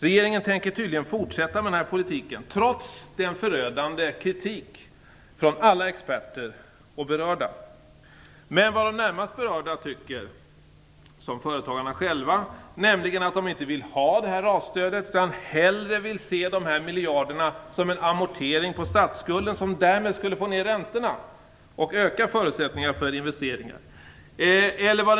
Regeringen tänker tydligen fortsätta med den här politiken trots förödande kritik från alla experter och berörda. De närmast berörda, företagarna själva, vill inte ha detta RAS-stöd. De vill hellre se de 7 miljarderna som en amortering på statsskulden. Det skulle därmed få ner räntorna och öka förutsättningarna för investeringarna.